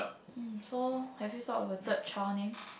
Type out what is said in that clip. um so have you thought of a third child name